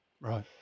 Right